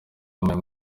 yampaye